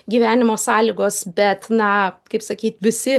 gyvenimo sąlygos bet na kaip sakyt visi